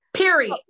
Period